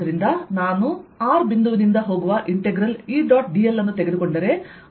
ಈ ವ್ಯಾಖ್ಯಾನಗಳನ್ನು ಬಳಸಿಕೊಂಡು ಇದನ್ನು ಪಡೆಯೋಣ